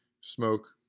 smoke